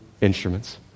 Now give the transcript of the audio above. instruments